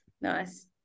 Nice